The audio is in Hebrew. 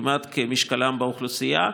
כמעט כמשקלם באוכלוסייה,